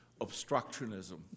obstructionism